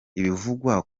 ibivugwa